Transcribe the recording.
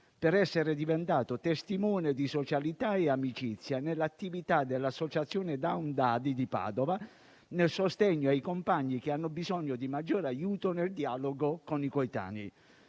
di essere diventato testimone di socialità e amicizia nell'attività dell'associazione «Down Dadi» di Padova, nel sostegno ai compagni che hanno bisogno di maggiore aiuto nel dialogo con i coetanei.